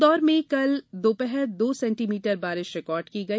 इन्दौर में कल दोपहर दो सेंटीमीटर बारिश रिकार्ड की गई